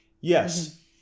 Yes